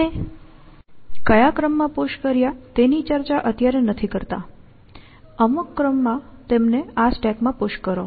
આપણે કયા ક્રમમાં પુશ કર્યા તેની ચર્ચા અત્યારે નથી કરતા અમુક ક્રમમાં તેમને આ સ્ટેકમાં પુશ કરો